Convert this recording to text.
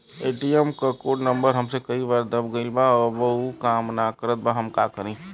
ATM क code number हमसे कई बार दब गईल बा अब उ काम ना करत बा हम का करी?